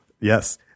Yes